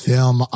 Film